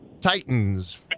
titans